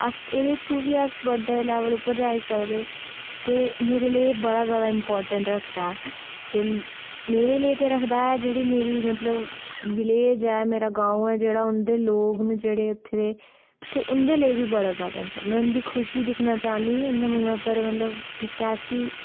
अस एह्दे थ्रू बी बड्डे लैवल उप्पर अस जाई सकदे ते मेरे लेई बड़ा ज़्यादा इम्पार्टेंट रखदा ऐ ते मेरे लेई ते रखदा गै जेह्ड़ी मेरा मतलव विलेज ऐ मेरा ग्रांऽ ऐ जेह्ड़ा उं'दे लोक ने जेह्डे़ उत्थै दे ते उं'दे लेई बी बड़ा ज़्यादा इम्पार्टेंट में उंं'दी खुशी दिक्खनी चांह्न्नी उं'दे मूहै पर मतलव इक ऐसी